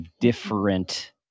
different